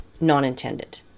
non-intended